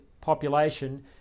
population